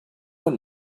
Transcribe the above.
one